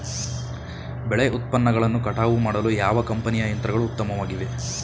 ಬೆಳೆ ಉತ್ಪನ್ನಗಳನ್ನು ಕಟಾವು ಮಾಡಲು ಯಾವ ಕಂಪನಿಯ ಯಂತ್ರಗಳು ಉತ್ತಮವಾಗಿವೆ?